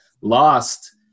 lost